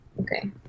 Okay